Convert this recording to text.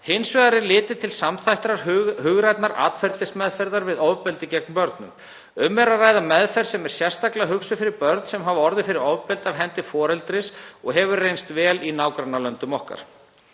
Hins vegar er litið til samþættrar hugrænnar atferlismeðferðar við ofbeldi gegn börnum. Um er að ræða meðferð sem er sérstaklega hugsuð fyrir börn sem hafa orðið fyrir ofbeldi af hendi foreldris og hefur reynst vel í nágrannalöndum okkar.